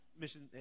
mission